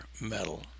metal